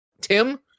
Tim